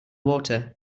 water